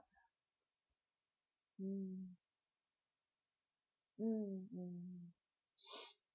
mm mm